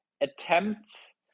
attempts